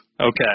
Okay